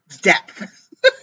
depth